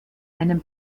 einen